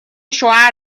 شوهر